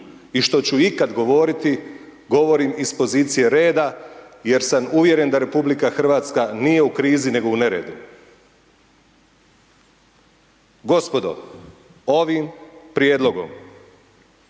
i što ću ikada govoriti, govorim iz pozicije reda, jer sam uvjeren da RH, nije u krizi, nego u neredu. Gospodo, ovim prijedlogom,